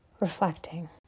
reflecting